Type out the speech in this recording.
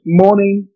morning